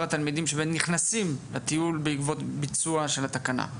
התלמידים שבאמת נכנסים לטיול בעקבות ביצוע של התקנה.